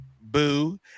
boo